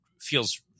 feels